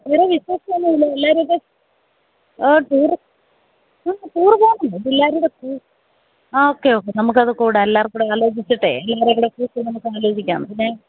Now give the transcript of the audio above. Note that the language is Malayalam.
വേറെ വിശേഷമൊന്നുമില്ല എല്ലാവരുമൊക്കെ ആ ടൂര് ആ ടൂര് പോകണം പിള്ളാരുടെയൊക്കെ ആ ഓക്കെ ഓക്കെ നമുക്കത് കൂടാം എല്ലാവര്ക്കും കൂടെ ആലോചിച്ചിട്ടേ എല്ലാവരെയുംകൂട്ടി നമുക്ക് ആലോചിക്കാം പിന്നെ